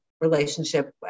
relationship